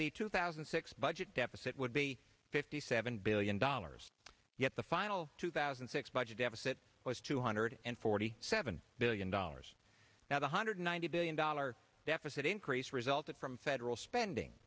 the two thousand and six budget deficit would be fifty seven billion dollars yet the final two thousand and six budget deficit was two hundred and forty seven billion dollars now one hundred ninety billion dollars deficit increase resulted from federal spending